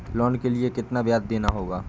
Loan के लिए कितना ब्याज देना होगा?